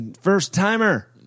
first-timer